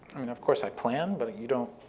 i mean, of course, i plan. but you don't